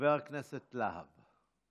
חבר הכנסת להב.